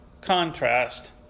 contrast